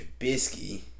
Trubisky